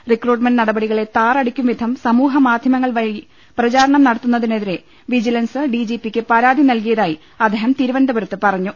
recruitment നടപടികളെ താറടിക്കുംവിധം സമൂഹ മാധ്യമങ്ങൾ വഴി പ്രചാരണം നടത്തുന്നതിനെതിരെ വിജിലൻസ് ഡി ജി പിക്ക് പരാതി നൽകിയതായി അദ്ദേഹം തിരുവനന്തപുരത്ത് പറഞ്ഞു